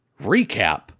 recap